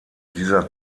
dieser